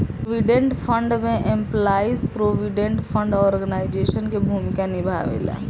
provident fund में employees provident fund organisation के भूमिका निभावेला